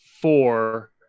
four